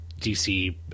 DC